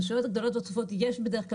ברשויות הגדולות והצפופות יש בדרך כלל